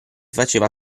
faceva